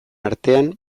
artean